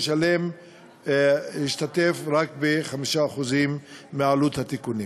והוא ישתתף רק ב-5% מעלות התיקונים.